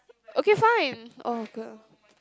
okay fine oh K